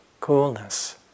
coolness